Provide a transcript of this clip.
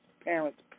parents